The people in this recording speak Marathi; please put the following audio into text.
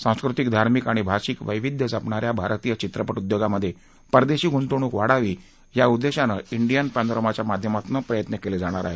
सांस्कृतिक धार्मिक आणि भाषिक वैविध्य जपणा या भारतीय चित्रपटउद्योगांमधे परदेशी गुंतवणूक वाढावी या उद्देशानं डियन पर्तीश्माच्या माध्यमातून प्रयत्न केले जाणार आहे